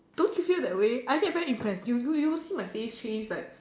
don't you feel that way I think I'm very impressed do you did you see my face change like